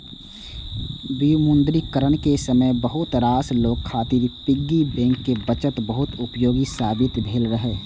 विमुद्रीकरण के समय बहुत रास लोग खातिर पिग्गी बैंक के बचत बहुत उपयोगी साबित भेल रहै